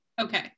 Okay